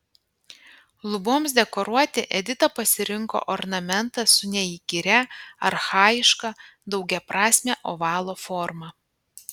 luboms dekoruoti edita pasirinko ornamentą su neįkyria archajiška daugiaprasme ovalo forma